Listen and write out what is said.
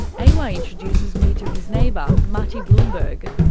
ay ay introduces me to his neighbour mati bloomberg.